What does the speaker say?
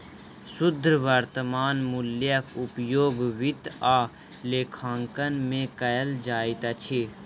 शुद्ध वर्त्तमान मूल्यक उपयोग वित्त आ लेखांकन में कयल जाइत अछि